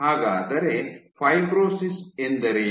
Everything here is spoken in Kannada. ಹಾಗಾದರೆ ಫೈಬ್ರೋಸಿಸ್ ಎಂದರೇನು